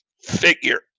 figure